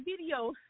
video